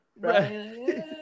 right